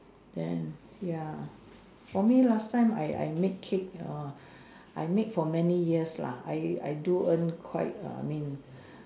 then ya for me last time I I make cake err I make for many years lah I I do earn quite err I mean